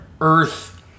earth